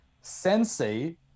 sensei